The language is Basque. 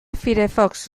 firefox